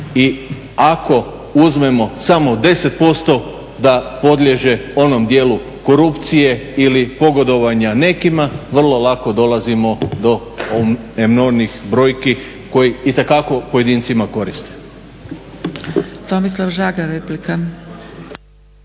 I ako uzmemo samo 10% da podliježe onom dijelu korupcije ili pogodovanja nekima vrlo lako dolazimo do enormnih brojki koje itekako pojedincima koriste. **Zgrebec,